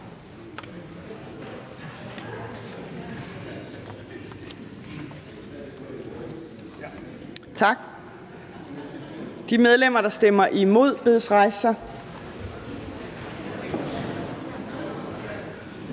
Tak. De medlemmer, der stemmer imod, bedes rejse sig.